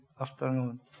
afternoon